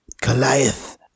Goliath